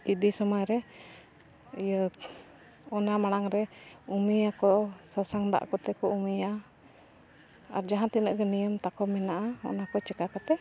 ᱤᱫᱤ ᱥᱚᱢᱚᱭ ᱨᱮ ᱤᱭᱟᱹ ᱚᱱᱟ ᱢᱟᱲᱟᱝ ᱨᱮ ᱩᱢᱮᱭᱟᱠᱚ ᱥᱟᱥᱟᱝ ᱫᱟᱜ ᱠᱚᱛᱮ ᱠᱚ ᱩᱢᱮᱭᱟ ᱟᱨ ᱡᱟᱦᱟᱸ ᱛᱤᱱᱟᱹᱜ ᱜᱮ ᱱᱤᱭᱚᱢ ᱛᱟᱠᱚ ᱢᱮᱱᱟᱜᱼᱟ ᱚᱱᱟᱠᱚ ᱪᱤᱠᱟᱹ ᱠᱟᱛᱮᱫ